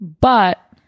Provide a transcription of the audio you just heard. but-